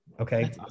okay